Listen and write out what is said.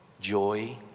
joy